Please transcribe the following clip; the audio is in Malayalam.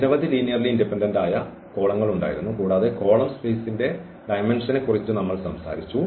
നിരവധി ലീനിയർലി ഇൻഡിപെൻഡന്റ് ആയ കോളങ്ങൾ ഉണ്ടായിരുന്നു കൂടാതെ കോളം സ്പേസിന്റെ ഡയമെന്ഷനെക്കുറിച്ച് നമ്മൾ സംസാരിച്ചു